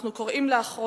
אנחנו קוראים לאחרונה: